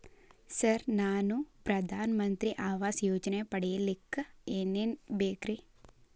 Sir ನಾನು ಪ್ರಧಾನ ಮಂತ್ರಿ ಆವಾಸ್ ಯೋಜನೆ ಪಡಿಯಲ್ಲಿಕ್ಕ್ ಏನ್ ಏನ್ ಬೇಕ್ರಿ?